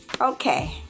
Okay